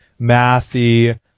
mathy